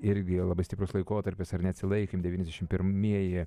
ir vėl labai stiprus laikotarpis ar ne atsilaikėm devyniasdešimt pirmieji